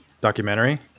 documentary